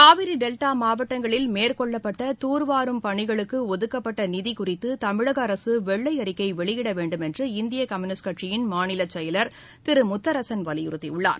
Kaveri delta மாவட்டங்களில் மேற்கொள்ளப்பட்ட தூர்வாரும் பணிகளுக்கு ஒதுக்கப்பட்ட நிதி குறித்து தமிழக அரசு வெள்ளை அறிக்கை வெளியிடவேண்டும் என்று இந்திய கம்யூனிஸ்ட் கட்சியின் மாநிலச்செயலர் திரு முத்தரசன் வலியுறுத்தியுள்ளார்